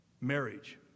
marriage